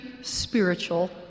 spiritual